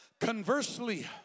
Conversely